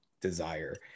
desire